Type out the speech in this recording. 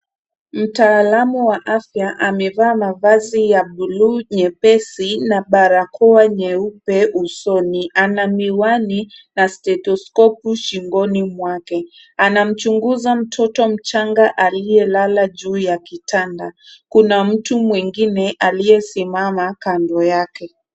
Mtaalamu wa afya amevaa mavazi ya buluu nyepesi na barakoa nyeupe usoni. Ana miwani stetoskopu shingoni mwake, anamchunguza mtoto mchanga aliyelala juu ya kitanda. Kuna mtu mwingine aliyesimama kando yake.